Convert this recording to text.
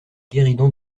guéridon